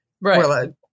Right